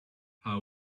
her